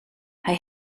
hij